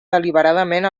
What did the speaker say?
deliberadament